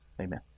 Amen